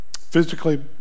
Physically